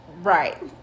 Right